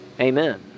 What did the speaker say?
Amen